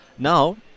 now